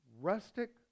rustic